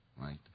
right